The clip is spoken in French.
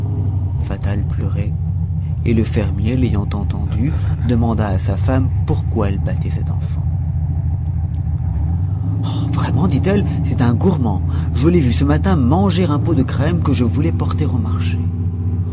fatal pleurait et le fermier l'ayant entendu demanda à sa femme pourquoi elle battait cet enfant vraiment dit-elle c'est un gourmand je l'ai vu ce matin manger un pot de crème que je voulais porter au marché